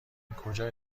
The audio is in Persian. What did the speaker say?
کجا